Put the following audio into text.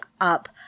up